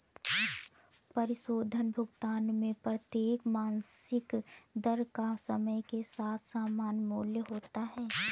परिशोधन भुगतान में प्रत्येक मासिक दर का समय के साथ समान मूल्य होता है